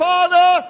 Father